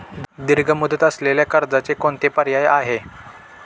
दीर्घ मुदत असलेल्या कर्जाचे कोणते पर्याय आहे?